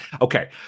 Okay